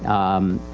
um,